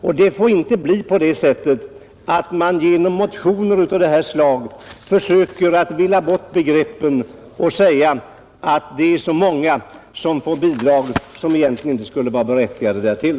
Man får inte genom motioner av detta slag villa bort begreppen och säga att många får bidrag som de egentligen inte skulle vara berättigade till.